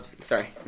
Sorry